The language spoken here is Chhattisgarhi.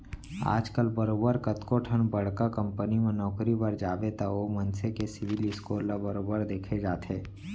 आजकल बरोबर कतको ठन बड़का कंपनी म नौकरी बर जाबे त ओ मनसे के सिविल स्कोर ल बरोबर देखे जाथे